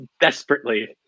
desperately